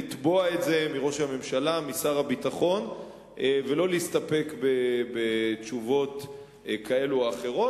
לתבוע את זה מראש הממשלה ומשר הביטחון ולא להסתפק בתשובות כאלה ואחרות.